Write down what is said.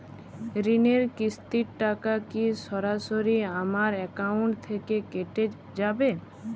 ঋণের কিস্তির টাকা কি সরাসরি আমার অ্যাকাউন্ট থেকে কেটে যাবে?